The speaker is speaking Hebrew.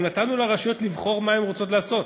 גם נתנו לרשויות לבחור מה הן רוצות לעשות,